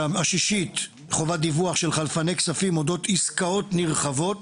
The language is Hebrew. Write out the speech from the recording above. ההסתייגות השישית: "חובת דיווח של חלפני כספים אודות עסקאות נרחבות".